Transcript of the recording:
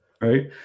Right